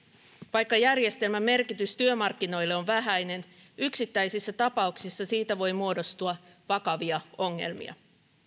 vaikka järjestelmän merkitys työmarkkinoille on vähäinen yksittäisissä tapauksissa siitä voi muodostua vakavia ongelmia